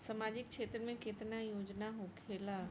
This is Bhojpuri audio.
सामाजिक क्षेत्र में केतना योजना होखेला?